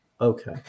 okay